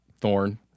Thorn